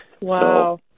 Wow